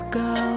go